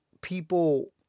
people